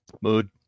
Mood